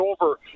over